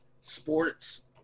sports